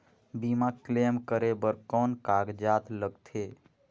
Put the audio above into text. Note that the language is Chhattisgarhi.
बीमा क्लेम करे बर कौन कागजात लगथे?